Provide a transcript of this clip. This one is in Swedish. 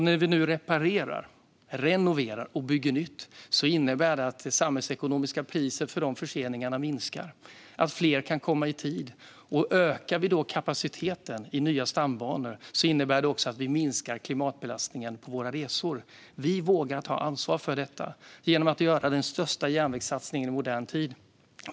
När vi nu reparerar, renoverar och bygger nytt innebär det att det samhällsekonomiska priset för förseningar minskar och att fler kan komma i tid. Ökar vi kapaciteten med nya stambanor innebär det också att vi minskar klimatbelastningen på våra resor. Vi vågar ta ansvar för detta genom att göra den största järnvägssatsningen i modern tid.